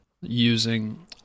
using